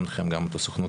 גם אתכם וגם את הסוכנות